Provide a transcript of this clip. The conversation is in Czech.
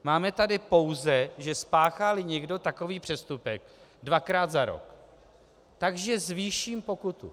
Máme tu pouze, že spácháli někdo takový přestupek dvakrát za rok, že zvýším pokutu.